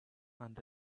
and